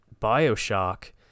Bioshock